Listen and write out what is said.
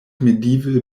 medieval